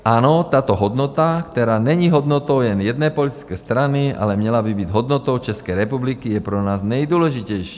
Ano, tato hodnota, která není hodnotou jen jedné politické strany, ale měla by být hodnotou České republiky, je pro nás nejdůležitější.